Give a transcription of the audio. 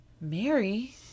Mary